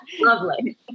lovely